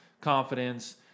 confidence